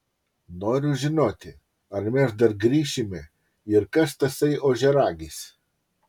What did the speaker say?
noriu žinoti ar mes dar grįšime ir kas tasai ožiaragis